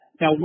Now